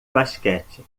basquete